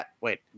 wait